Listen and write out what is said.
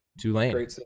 Tulane